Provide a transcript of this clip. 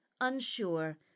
unsure